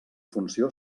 funció